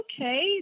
okay